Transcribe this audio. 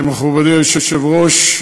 מכובדי היושב-ראש,